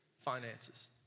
Finances